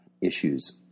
issues